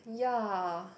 ya